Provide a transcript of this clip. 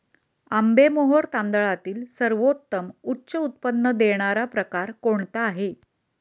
आंबेमोहोर तांदळातील सर्वोत्तम उच्च उत्पन्न देणारा प्रकार कोणता आहे?